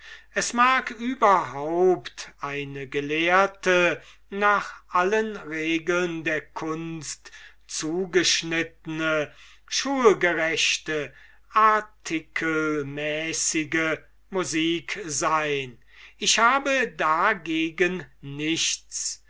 es mag überhaupt eine gelehrte nach allen regeln der kunst zugeschnittene schulgerechte artikelmäßige musik sein ich habe dagegen nichts